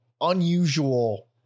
unusual